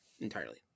entirely